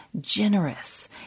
generous